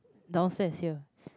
downstair is here